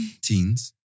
Teens